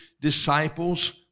disciples